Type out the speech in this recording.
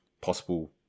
possible